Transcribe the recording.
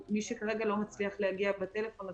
למי שלא מצליח להגיע בטלפון להגיע אלינו,